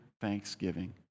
thanksgiving